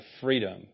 freedom